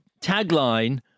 tagline